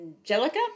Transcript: Angelica